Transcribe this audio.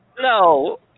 No